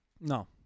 no